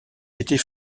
était